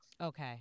Okay